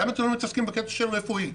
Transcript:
למה אתם לא מתעסקים בקטע הרפואי?